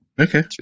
Okay